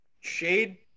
shade